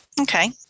Okay